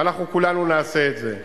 ואנחנו כולנו נעשה את זה.